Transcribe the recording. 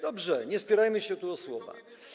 Dobrze, nie spierajmy się tu o słowa.